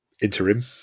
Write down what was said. interim